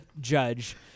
judge